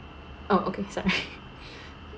oh okay sorry